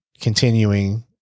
continuing